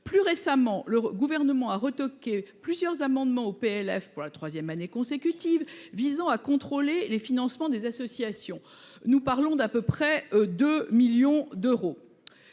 Plus récemment, le gouvernement a retoqué plusieurs amendements au PLF pour la 3ème année consécutive visant à contrôler les financements des associations. Nous parlons d'à peu près 2 millions d'euros.